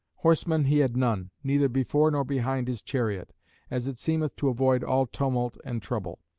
horsemen he had none, neither before nor behind his chariot as it seemeth, to avoid all tumult and trouble.